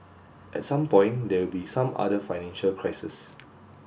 at some point there will be some other financial crises